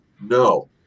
no